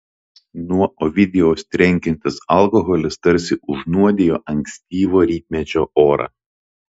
nuo ovidijaus trenkiantis alkoholis tarsi užnuodijo ankstyvo rytmečio orą